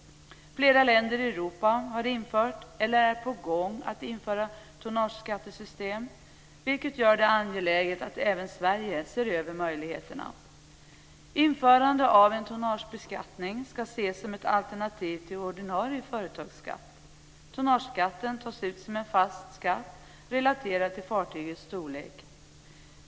Flera länder i Europa har infört eller är på gång att införa tonnageskattesystem, vilket gör det angeläget att även Sverige ser över möjligheterna. Införande av en tonnagebeskattning ska ses som ett alternativ till ordinarie företagsskatt. Tonnageskatten tas ut som en fast skatt relaterad till fartygets storlek.